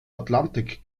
atlantik